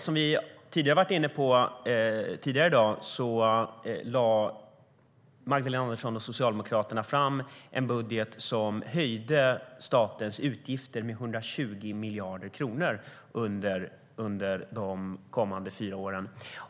Som vi har varit inne på tidigare i dag lade Magdalena Andersson och Socialdemokraterna fram en budget som höjde statens utgifter med 120 miljarder kronor under de kommande fyra åren.